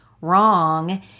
wrong